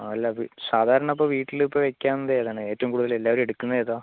ആ അല്ല അതു സാധാരണ അപ്പോൾ വീട്ടിൽ ഇപ്പോൾ വെക്കാവുന്നത് ഏതാണ് ഏറ്റവും കൂടുതൽ എല്ലാവരും എടുക്കുന്നത് ഏതാണ്